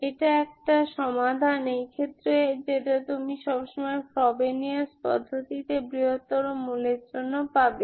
এটা একটা সমাধান এই ক্ষেত্রে যেটা তুমি সবসময় ফ্রবেনিয়াস পদ্ধতিতে বৃহত্তর রুটের জন্য পাবে